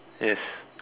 yes